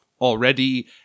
already